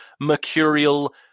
mercurial